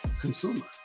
consumer